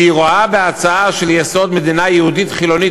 והיא רואה בהצעה של ייסוד מדינה יהודית חילונית